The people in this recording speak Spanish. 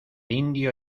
indio